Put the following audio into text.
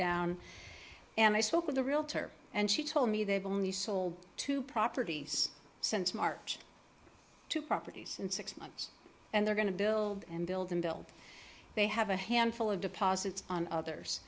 down and i spoke with a realtor and she told me they've only sold two properties since march two properties in six months and they're going to build and build and build they have a handful of deposits on others